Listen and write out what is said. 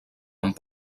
amb